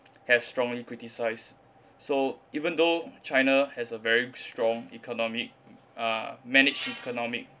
have strongly criticised so even though china has a very strong economic ah managed economic